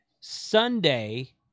sunday